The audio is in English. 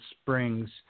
springs